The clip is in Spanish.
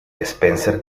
spencer